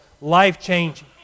life-changing